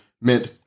meant